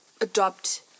adopt